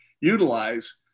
utilize